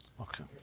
Okay